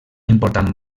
important